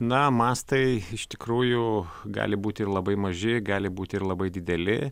na mastai iš tikrųjų gali būti ir labai maži gali būti ir labai dideli